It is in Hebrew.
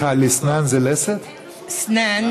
המגעים שניהלנו באמצעות ועדת העבודה,